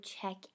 check